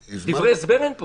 דברי הסבר אין פה.